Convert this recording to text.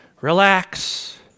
relax